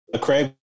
Craig